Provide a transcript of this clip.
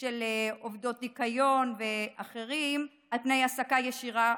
של עובדות ניקיון ואחרים על פני העסקה ישירה